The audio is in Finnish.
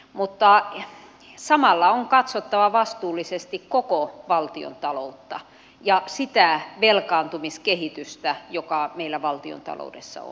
mutta samalla on katsottava vastuullisesti koko valtiontaloutta ja sitä velkaantumiskehitystä joka meillä valtiontaloudessa on